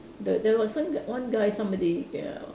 the there was some g~ one guy somebody ya